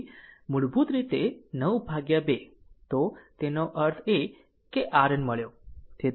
તેથી મૂળભૂત રીતે 9 ભાગ્યા 2 તો તેનો અર્થ એ કે RN મળ્યો તેથી 4